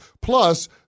Plus